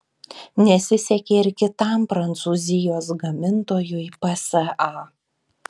nesisekė ir kitam prancūzijos gamintojui psa